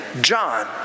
John